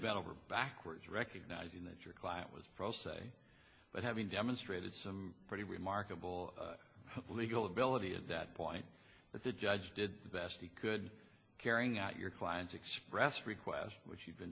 bent over backwards recognizing that your client was pro se but having demonstrated some pretty remarkable legal ability at that point that the judge did the best he could carrying out your client's express requests which you